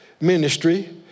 ministry